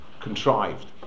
contrived